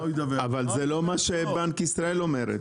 אבל זה לא מה שנציגת בנק ישראל אומרת.